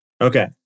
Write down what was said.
Okay